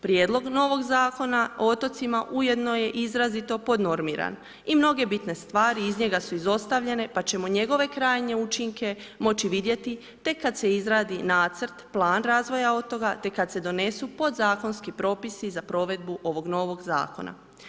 Prijedlog novog Zakona o otocima ujedno je i izrazito podnormiran i mnoge bitne stvari iz njega su izostavljene pa ćemo njegove krajnje učinke moći vidjeti tek kad se izradi nacrt, plan razvoj otoka te kad se donesu podzakonski propisi za provedbu ovog novog zakona.